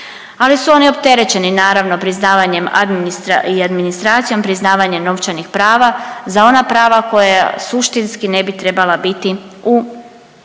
ali su oni opterećeni. Naravno, priznavanjem .../nerazumljivo/... i administracijom, priznavanjem novčanih prava za ona prava koja suštinski ne bi trebala biti u